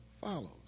follows